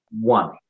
one